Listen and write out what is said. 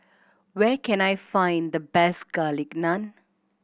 where can I find the best Garlic Naan